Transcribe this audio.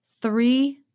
three